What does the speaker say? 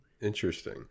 Interesting